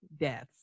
deaths